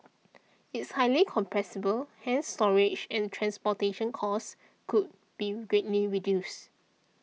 it's highly compressible hence storage and transportation costs could be greatly reduced